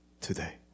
today